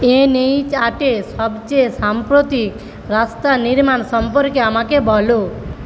N H আটে সবচেয়ে সাম্প্রতিক রাস্তা নির্মাণ সম্পর্কে আমাকে বলো